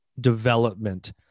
development